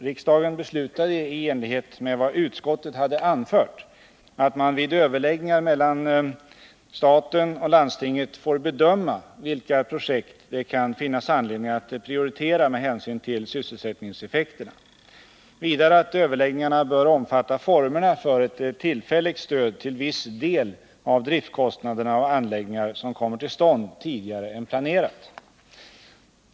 Riksdagen beslutade — i enlighet med vad utskottet hade anfört — att man vid överläggningar mellan staten och landstinget får bedöma vilka projekt det kan finnas anledning att prioritera med hänsyn till sysselsättningseffekterna och vidare att överläggningarna bör omfatta formerna för ett tillfälligt stöd till viss del av driftkostnaderna för anläggningar som kommer till stånd tidigare än planerat.